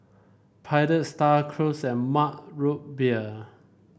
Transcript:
Pilot Star Cruise and Mug Root Beer